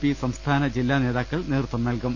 P സംസ്ഥാന ജില്ലാ നേതാ ക്കൾ നേതൃത്വം നൽകും